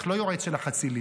לא היועץ של החצילים.